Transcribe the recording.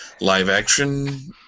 live-action